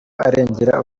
arengera